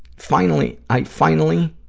finally i, finally,